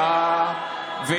לזייף.